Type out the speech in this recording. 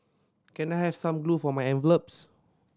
can I have some glue for my envelopes